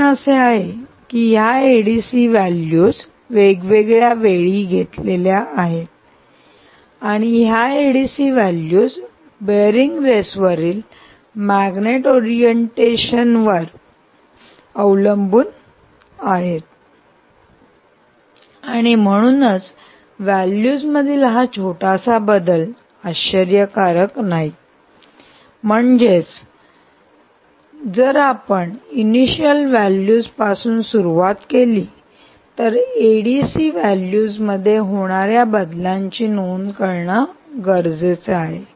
कारण असे आहे की या एडीसी व्हॅल्यूज वेगवेगळ्या वेळी घेतलेल्या आहेत आणि या एडीसी व्हॅल्यूज बेअरिंग रेसवरील मॅग्नेट ओरिएंटेशन वर अवलंबून आहेत आणि म्हणूनच व्हॅल्यूज मधील हा छोटासा बदल आश्चर्यकारक नाही महत्वाचे म्हणजे काय जर आपण इनिशियल व्हॅल्यूज पासून सुरुवात केली तर एडीसी व्हॅल्यूज मध्ये होणाऱ्या बदलांची नोंद करणे गरजेचे आहे